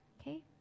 Okay